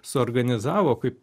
suorganizavo kaip